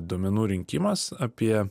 duomenų rinkimas apie